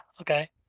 okay